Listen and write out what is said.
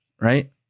right